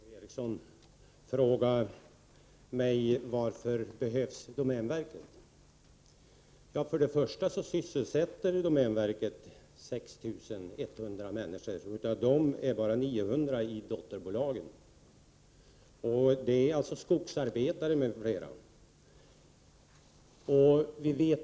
Herr talman! Gudrun Norberg och P-O Eriksson frågar mig: Varför behövs domänverket? Först och främst sysselsätter domänverket 6 100 människor, och av dem är bara 900 anställda i dotterbolagen. Resten är alltså skogsarbetare m.fl.